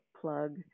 plug